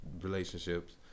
relationships